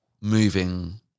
moving